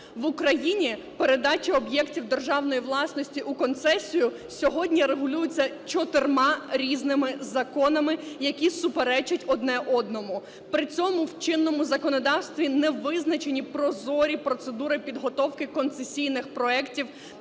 В Україні передача об'єктів державної власності у концесію сьогодні регулюється чотирма різними законами, які суперечать одне одному. При цьому в чинному законодавстві не визначені прозорі процедури підготовки концесійних проектів